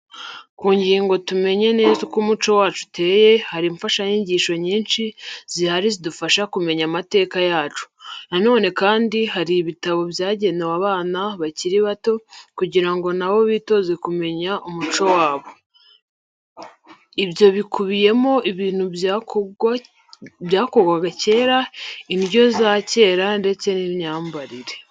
Kugira ngo tumenye neza uko umuco wacu uteye, hari imfashanyigisho nyinshi zihari zidufasha kumenya amateka yacu. Nanone kandi hari ibitabo byagenewe abana bakiri bato, kugira ngo nabo bitoze kumenya umuco wabo. Ibyo bikubiyemo ibintu byakorwaga kera, indyo za kera ndetse n'imyambarire.